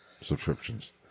Subscriptions